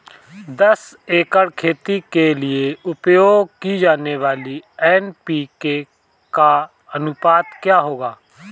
दस एकड़ खेती के लिए उपयोग की जाने वाली एन.पी.के का अनुपात क्या होगा?